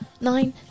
nine